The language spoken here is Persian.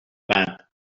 بند